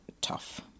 tough